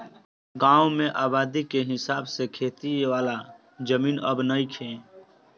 गांवन में आबादी के हिसाब से खेती वाला जमीन अब नइखे